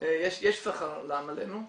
יש שכר לעמלנו.